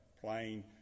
plain